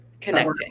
Connecting